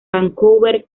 vancouver